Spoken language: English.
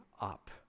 up